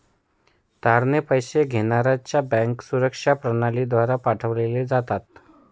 तारणे पैसे घेण्याऱ्याच्या बँकेत सुरक्षित प्रणालीद्वारे पाठवले जातात